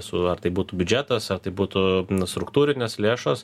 su ar tai būtų biudžetas ar tai būtų struktūrinės lėšos